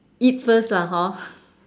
eat first lah hor